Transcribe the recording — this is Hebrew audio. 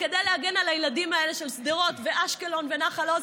זה כדי להגן על הילדים האלה של שדרות ואשקלון ונחל עוז.